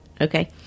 Okay